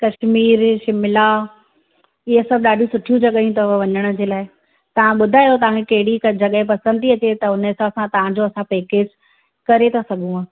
कशमीर शिमला इहे सभु ॾाढियूं सुठियूं जॻहियूं अथव वञण जे लाइ तव्हां ॿुधायो तव्हां खे कहिड़ी हिकु जॻहि पसंदि थी अचे त हुन हिसाब तव्हां जो असां पेकेज करे था सघूं